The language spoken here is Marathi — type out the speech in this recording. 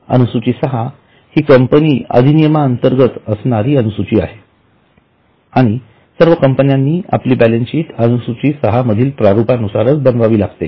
अनुसूची सहा हि कंपनी अधिनियमांतर्गत असणारी अनुसूची आहे आणि सर्व कंपन्यांनी आपली बॅलन्सशीट अनुसूची सहातील प्रारूपानुसार बनवावी लागते